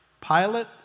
Pilate